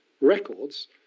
records